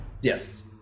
Yes